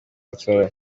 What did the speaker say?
nsoro